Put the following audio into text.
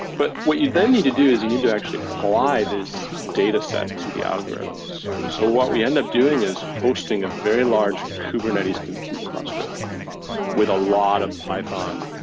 but what you then need to do is you need to actually apply this dataset to the algorithms. so what we end up doing is hosting a very large kubernetes compute cluster with a lot of python